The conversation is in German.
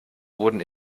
wurden